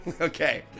okay